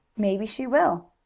maybe she will.